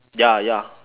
ya ya